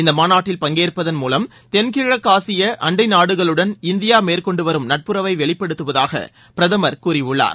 இந்த மாநாட்டில் பங்கேற்பதன் மூலம் தென்கிழக்காசிய அண்டை நாடுகளுடன் இந்தியா மேற்கொண்டுவரும் நட்புறவை வெளிப்படுத்துவதாக பிரதமர் கூறியுள்ளார்